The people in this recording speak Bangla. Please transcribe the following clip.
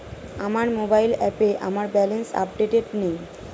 আমার মোবাইল অ্যাপে আমার ব্যালেন্স আপডেটেড নেই